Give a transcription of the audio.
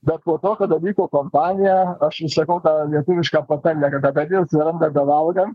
bet po tokio dalyko kompaniją aš vis sakau tą lietuvišką patarlę kad apetitas atsiranda bevalgant